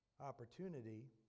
opportunity